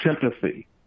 sympathy